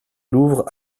louvre